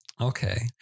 Okay